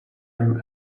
rim